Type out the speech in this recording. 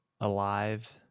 alive